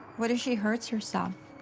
what if she hurts herself?